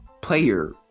player